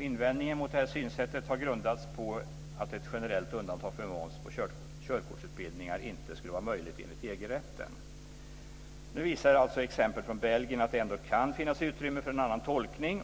Invändningen mot det synsättet har grundats på att ett generellt undantag från moms på körkortsutbildningar inte skulle vara möjligt enligt EG-rätten. Nu visar exempel från Belgien att det ändå kan finnas utrymme för en annan tolkning.